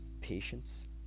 patience